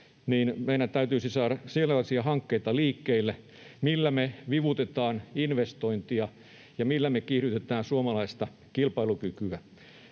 niin meidän täytyisi saada sellaisia hankkeita liikkeelle, millä me vivutetaan investointia ja millä me kiihdytetään suomalaista kilpailukykyä.